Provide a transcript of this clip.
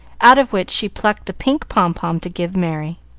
out of which she plucked the pink pompon to give merry.